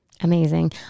Amazing